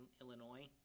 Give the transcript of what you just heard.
Illinois